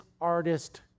artist